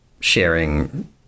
sharing